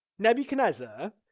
Nebuchadnezzar